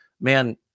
man